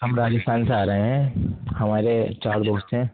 ہم راجستھان سے آ رہے ہیں ہمارے چار دوست ہیں